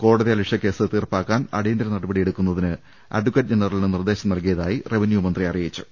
കോടതിയലക്ഷ്യ കേസ് തീർപ്പാക്കാൻ അടിയന്തര നടപടിയെടുക്കാൻ അഡക്കറ്റ് ജനറലിന് നിർദ്ദേശം നൽകിയതായി റവന്യൂ മന്ത്രി അറിയിച്ചു